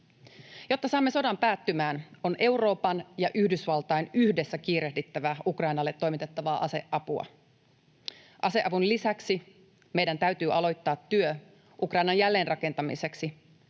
Jotta saamme sodan päättymään, on Euroopan ja Yhdysvaltain yhdessä kiirehdittävä Ukrainalle toimitettavaa aseapua. Aseavun lisäksi meidän täytyy aloittaa työ Ukrainan jälleenrakentamiseksi